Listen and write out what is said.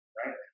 right